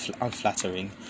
unflattering